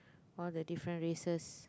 all the different races